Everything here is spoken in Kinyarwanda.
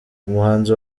umuhanzi